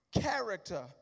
character